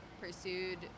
pursued